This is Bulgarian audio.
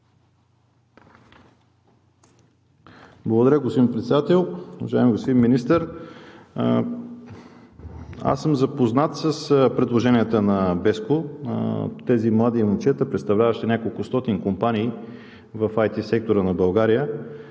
Благодаря, господин Председател. Уважаеми господин Министър, запознат съм с предложенията на BESCO. Тези млади момчета, представляващи неколкостотин компании, са в IT сектора на България.